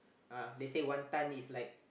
uh let's say one tonne is like